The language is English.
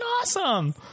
awesome